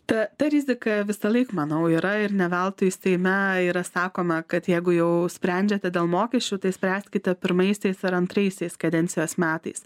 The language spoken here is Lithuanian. ta ta rizika visąlaik manau yra ir ne veltui seime yra sakoma kad jeigu jau sprendžiate dėl mokesčių tai spręskite pirmaisiais ar antraisiais kadencijos metais